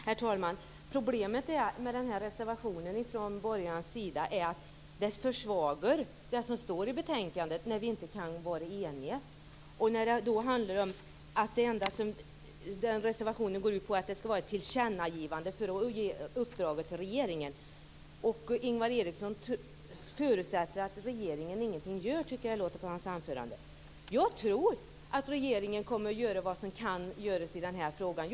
Herr talman! Problemet med den här reservationen från borgarnas sida är att det försvagar det som står i betänkandet när vi inte kan vara eniga. Denna reservation går ut på att det skall vara ett tillkännagivande för att ge uppdrag till regeringen. Jag tycker att det låter på Ingvar Erikssons anförande som om han förutsätter att regeringen ingenting gör. Jag tror att regeringen kommer att göra vad som kan göras i den här frågan.